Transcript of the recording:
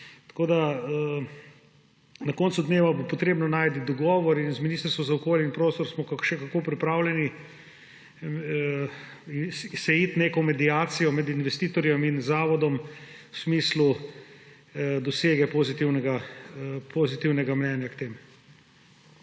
Tako da bo na koncu dneva treba najti dogovor in iz Ministrstva za okolje in prostor smo se še kako pripravljeni iti neko mediacijo med investitorjem in zavodom v smislu dosege pozitivnega mnenja k temu.